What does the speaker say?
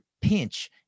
pinch